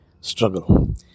struggle